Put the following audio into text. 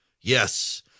Yes